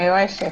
מיואשת.